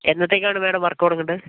എന്നത്തേക്കാണ് madam work തുടങ്ങേണ്ടത്